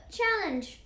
challenge